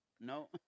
no